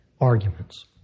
arguments